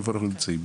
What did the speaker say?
איפה אנחנו נמצאים?